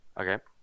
Okay